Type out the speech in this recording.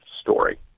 story